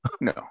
no